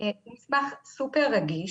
זה מסמך סופר רגיש,